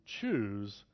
choose